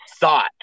thought